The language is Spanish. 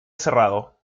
cerrado